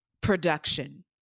production